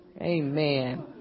Amen